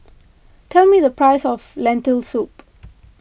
tell me the price of Lentil Soup